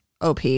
OP